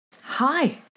Hi